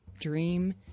dream